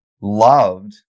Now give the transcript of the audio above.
loved